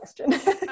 question